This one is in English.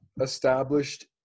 established